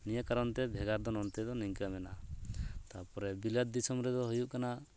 ᱱᱤᱭᱟᱹ ᱠᱟᱨᱚᱱᱛᱮ ᱵᱷᱮᱜᱟᱨ ᱫᱚ ᱱᱚᱱᱛᱮ ᱫᱚ ᱱᱤᱝᱠᱟᱹ ᱢᱮᱱᱟᱜᱼᱟ ᱛᱟᱨᱯᱚᱨᱮ ᱵᱤᱞᱟᱹᱛ ᱫᱤᱥᱚᱢ ᱨᱮᱫᱚ ᱦᱩᱭᱩᱜ ᱠᱟᱱᱟ